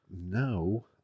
No